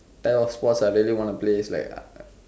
type of sports I really want to play is like uh